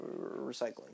recycling